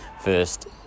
first